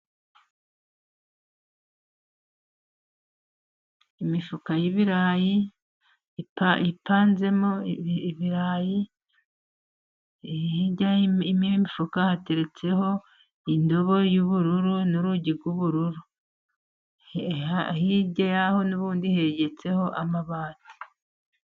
Imifuka y'ibirayi, ipanzemo ibirayi, hirya y'imifuka hateretseho indobo y'ubururu n'urugi rw'ubururu, hirya yaho n'ubundi hegetseho amabati.